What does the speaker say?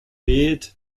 beard